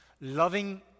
Loving